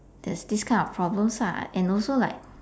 there's this kind of problems lah and also like